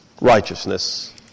righteousness